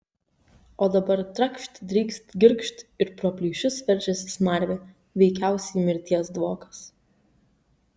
o dabar trakšt drykst girgžt ir pro plyšius veržiasi smarvė veikiausiai mirties dvokas